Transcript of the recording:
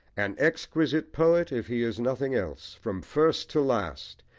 an exquisite poet if he is nothing else, from first to last,